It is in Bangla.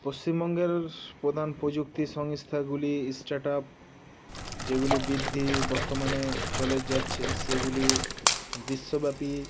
পশ্চিমবঙ্গের প্রধান প্রযুক্তি সংস্থাগুলি স্টার্ট আপ যেগুলি বৃদ্ধি বর্তমানে চলে যাচ্ছে সেগুলির বিশ্বব্যাপী